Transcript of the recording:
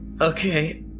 Okay